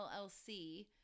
LLC